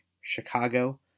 Chicago